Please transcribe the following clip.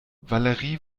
valerie